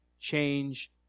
change